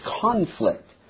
conflict